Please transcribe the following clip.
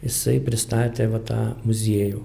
jisai pristatė va tą muziejų